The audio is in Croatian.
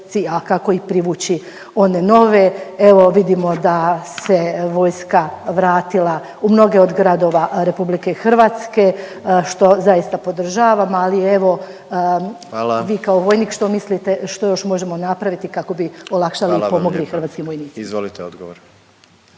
kako i privući one nove. Evo vidimo da se vojska vratila u mnoge od gradova Republike Hrvatske što zaista podržavam, ali evo … …/Upadica predsjednik: Hvala./… … vi kao vojnik što mislite što još možemo napraviti kako bi olakšali i pomogli hrvatskim vojnicima.